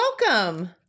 Welcome